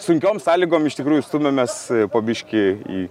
sunkiom sąlygom iš tikrųjų stumiamės po biškį į